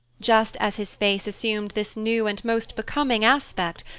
just as his face assumed this new and most becoming aspect,